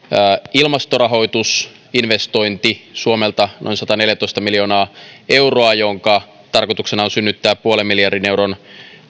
ilmastorahoitusinvestointi suomelta noin sataneljätoista miljoonaa euroa jonka tarkoituksena on synnyttää puolen miljardin euron